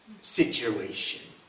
situation